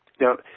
Now